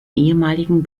ehemaligen